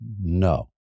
No